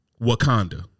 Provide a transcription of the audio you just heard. Wakanda